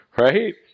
right